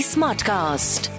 Smartcast